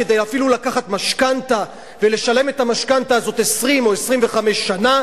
כדי אפילו לקחת משכנתה ולשלם את המשכנתה הזאת 20 או 25 שנה,